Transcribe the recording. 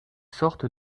sortent